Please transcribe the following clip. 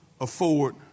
afford